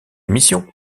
mission